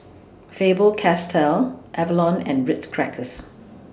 Faber Castell Avalon and Ritz Crackers